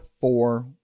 four